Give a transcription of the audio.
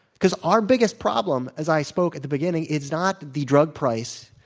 because our biggest problem, as i spoke at the beginning, is not the drug price,